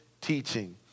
teaching